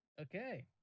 okay